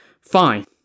Fine